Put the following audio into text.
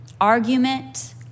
argument